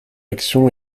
action